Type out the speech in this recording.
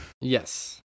Yes